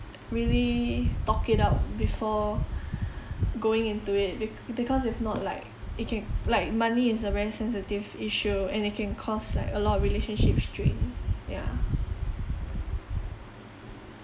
really talk it out before going into it bec~ because if not like it can c~ like money is a very sensitive issue and it can cause like a lot of relationship strain yeah